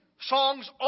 songs